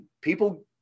people